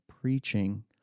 preaching